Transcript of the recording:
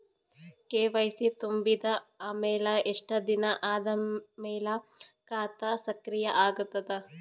KYC ತುಂಬಿದ ಅಮೆಲ ಎಷ್ಟ ದಿನ ಆದ ಮೇಲ ಖಾತಾ ಸಕ್ರಿಯ ಅಗತದ?